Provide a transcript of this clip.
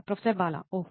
professor Bala ఓహ్